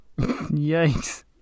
Yikes